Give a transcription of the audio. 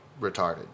retarded